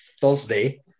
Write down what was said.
Thursday